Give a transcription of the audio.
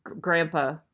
grandpa